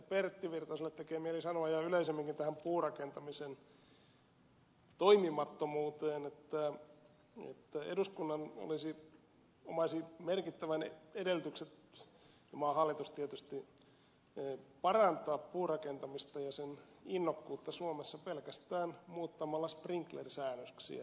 pertti virtaselle tekee mieli sanoa ja yleisemminkin tästä puurakentamisen toimimattomuudesta että eduskunta omasi merkittävät edellytykset ja maan hallitus tietysti parantaa puurakentamista ja innokkuutta siihen suomessa pelkästään muuttamalla sprink lerisäännöksiä